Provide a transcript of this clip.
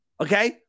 Okay